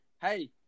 Hey